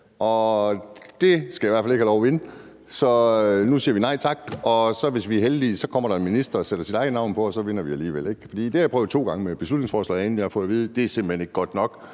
at det skal i hvert fald ikke have lov til at komme igennem. Så nu siger man nej tak, og hvis man er heldig, kommer der en minister og sætter sit eget navn på, og så vinder man alligevel. Det har jeg prøvet to gange i forbindelse med beslutningsforslag. Jeg har fået vide, at det simpelt hen ikke var godt nok,